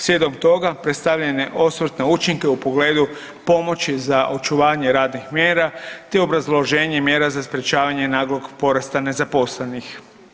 Slijedom toga predstavljen je osvrt na učinke u pogledu pomoći za očuvanje radnih mjesta te obrazloženje mjera za sprječavanje naglog porasta nezaposlenih.